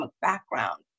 background